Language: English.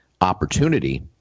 opportunity